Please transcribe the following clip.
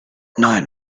nine